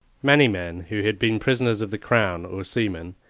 many men who had been prisoners of the crown, or seamen,